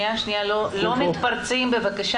לא מתפרצים בבקשה.